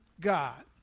God